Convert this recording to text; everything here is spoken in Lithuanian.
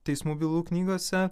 teismų bylų knygose